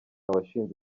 washinze